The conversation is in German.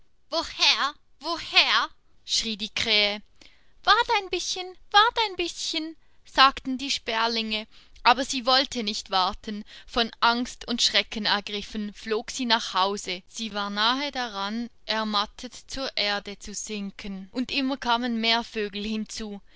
woher woher schrie die krähe wart ein bißchen wart ein bißchen sagten die sperlinge aber sie wollte nicht warten von angst und schrecken ergriffen flog sie nach hause sie war nahe daran ermattet zur erde zu sinken und immer kamen mehr vögel hinzu